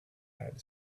had